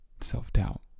self-doubt